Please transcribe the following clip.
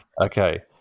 okay